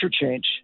change